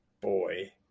Boy